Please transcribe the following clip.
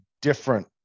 different